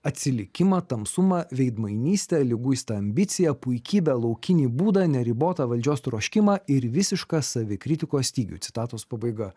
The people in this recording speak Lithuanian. atsilikimą tamsumą veidmainystę liguistą ambiciją puikybę laukinį būdą neribotą valdžios troškimą ir visišką savikritikos stygių citatos pabaiga